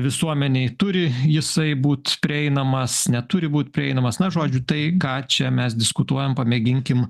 visuomenei turi jisai būt prieinamas neturi būt prieinamas na žodžiu tai ką čia mes diskutuojam pamėginkim